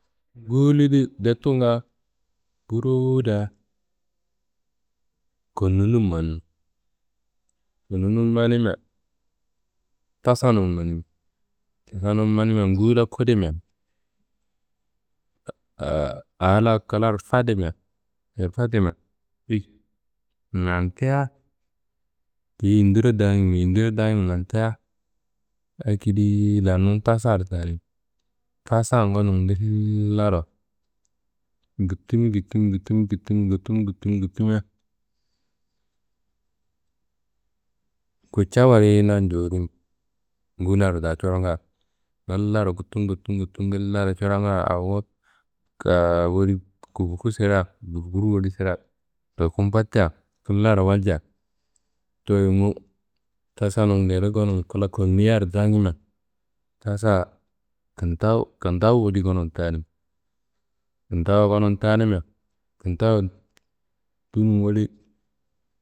Nguwulludi detunga. Burowu da konnunum manum, konnunum manimia, tasanum manimi, tasanum manimia, nguwulla kudimia a la klaro fadimia yirfadimia pik nantia kiyi yindiro dagimi, yidiro dangimi nantia akediyi lanum tasaro tanimi. Tasan gonum ngillaro gutimi gutimi gutimi gutimi gutimi gutimi gutimi gutimia kutca woliyina njorimi, nguwullaro da coronga ngillaro kuttumu kuttumu kuttumu ngillaro coronga awo woli kuku kuku sirea buru buru woli sira n ndoku mbottia ngillaro walja towo yumu tasanum ngede gonum kla konniyaro daangimia, tasa kindawu kindawu woli gonum tanimi. Kindawu gonum tanimia, kindawu dunum woli.